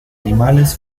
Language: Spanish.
animales